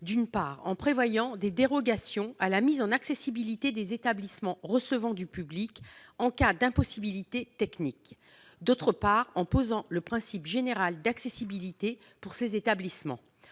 d'une part, en prévoyant des dérogations à la mise en accessibilité des établissements recevant du public (ERP) en cas d'impossibilité technique et, d'autre part, en posant le principe général d'accessibilité pour ces établissements.